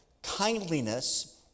Kindliness